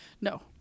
No